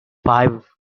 five